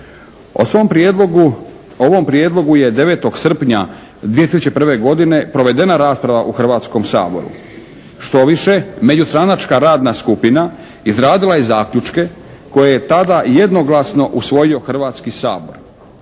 ovom prijedlogu je 9. srpnja 2001. godine provedena rasprava u Hrvatskom saboru. Štoviše međustranačka radna skupina izradila je zaključke koje je tada jednoglasno usvojio Hrvatski sabor.